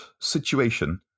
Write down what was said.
situation